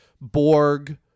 Borg